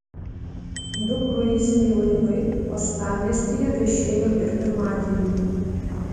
du kruiziniai laivai uostamiestyje viešėjo ir pirmadienį